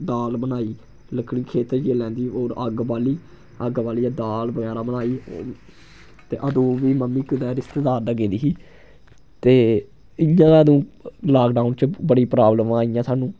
दाल बनाई लक्कड़ी खेतर जाइयै लेई आंदी होर अग्ग बाल्ली अग्ग बालियै दाल बगैरा बनाई ते अंदू बी मम्मी कुतै रिशतेदार दे गेदी ही ते इद्धर अंदू लाकडाउन च बड़ी प्राब्लमां आइयां सानूं